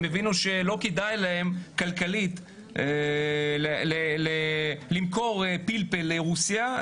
הם הבינו שלא כדאי להם כלכלית למכור פלפל לרוסיה,